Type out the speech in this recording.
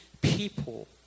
people